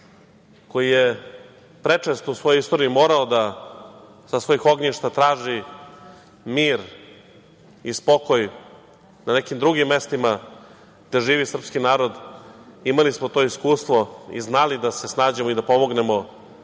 koji je prečesto u svojoj istoriji morao da sa svojih ognjišta traži mir i spokoj na nekim drugim mestima gde živi srpski narod, imali smo to iskustvo i znali da se snađemo i da pomognemo